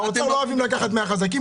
באוצר לא אוהבים לקחת מהחזקים,